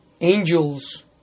angels